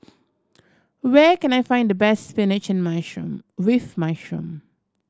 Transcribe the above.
where can I find the best spinach and mushroom with mushroom